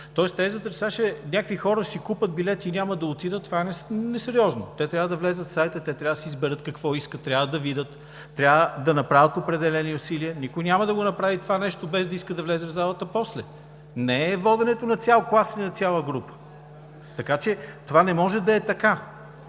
сега някакви хора ще си купят билет и няма да отидат, това е несериозно. Те трябва да влязат в сайта, трябва да си изберат какво искат, трябва да видят. Трябва да направят определени усилия. Никой няма да направи това нещо, без да иска да влезе в залата после. Не е воденето на цял клас и на цяла група. Това не може да е така.